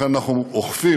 לכן, אנחנו אוכפים